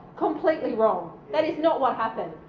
completely wrong. that is not what happened.